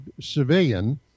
civilian